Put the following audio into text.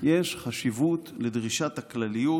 יש חשיבות לדרישת הכלליות.